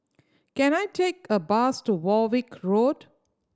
can I take a bus to Warwick Road